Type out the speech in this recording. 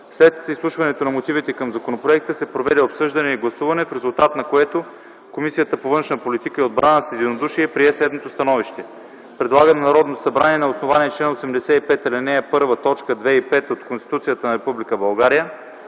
След изслушването на мотивите към законопроекта се проведе обсъждане и гласуване, в резултат на което Комисията по външна политика и отбрана с единодушие прие следното становище: Предлага на Народното събрание на основание чл. 85, ал. 1, т. 2 и 5 от Конституцията на